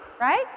right